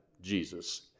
Jesus